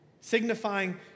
signifying